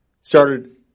started